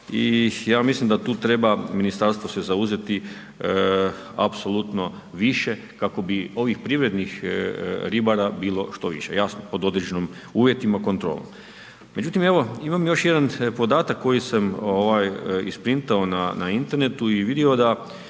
i ja mislim da tu treba se ministarstvo zauzeti apsolutno više kako bi ovih privrednih ribara bilo što više, jasno pod određenim uvjetima kontrole. Međutim evo, imam još jedan podatak koji sam ovaj isprintao na internetu i vido da